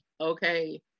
Okay